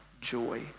joy